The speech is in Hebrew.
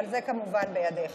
אבל זה כמובן בידיך.